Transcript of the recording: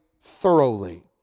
thoroughly